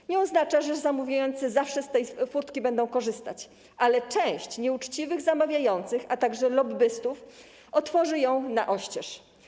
To nie oznacza, że zamawiający zawsze z tej furtki będą korzystać, ale część nieuczciwych zamawiających, a także lobbystów, otworzy ją na oścież.